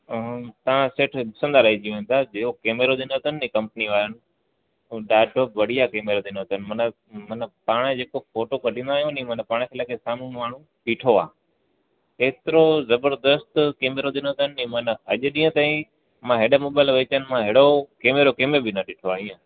तव्हां सेठ ॾिसंदा रहिजी वेंदा ॿियो कैमरो ॾिनो अथनि नि कंपनीअ वारनि हूअ ॾाढो बढ़िया कैमरो ॾिनो अथनि मन मन पाण जेको फोटो कढंदा आहियूं नि मतिलबु पाण खे लॻे सामुहूं माण्हू बीठो आहे एतिरो जबरदस्तु कैमरो ॾिनो अथनि की माना अॼु ॾींहं ताईं मां हेॾा मोबाइल विकियां आहिनि मां हेड़ो कैमरो कंहिंमें बि न ॾिठो आहे ईअं